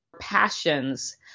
passions